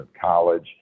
college